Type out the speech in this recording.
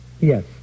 Yes